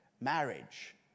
marriage